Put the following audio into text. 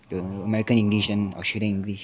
有 american english and australian english